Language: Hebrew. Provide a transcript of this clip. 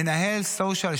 מנהל סושיאל,